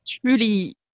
truly